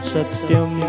Satyam